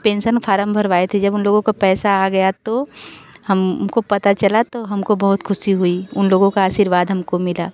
pension form भरवाया थी जब उन लोगों का पैसा आ गया तो हमको पता चला तो हमको बहुत खुशी हुई उन लोगों का आशीर्वाद हमको मिला